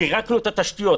פירקנו את התשתיות.